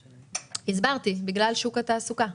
הסברתי, בגלל שוק התעסוקה.